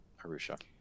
arusha